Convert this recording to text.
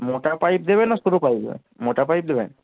মোটা পাইপ দেবেন না সরু পাইপ মোটা পাইপ দেবেন